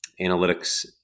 analytics